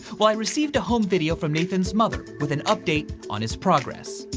well i received a home video from nathan's mother, with an update on his progress?